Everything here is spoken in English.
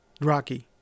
Rocky